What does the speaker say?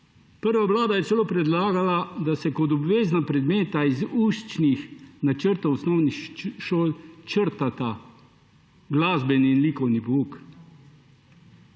Prva vlada je celo predlagala, da se kot obvezna predmeta iz učnih načrtov osnovnih šol črtata glasbeni in likovni pouk,